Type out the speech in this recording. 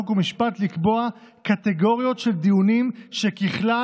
חוק ומשפט לקבוע קטגוריות של דיונים שככלל